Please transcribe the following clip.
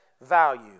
value